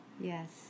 Yes